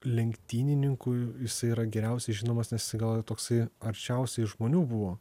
lenktynininkų jisai yra geriausiai žinomas nes gal ir toksai arčiausiai žmonių buvo